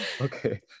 okay